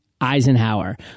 Eisenhower